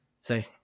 say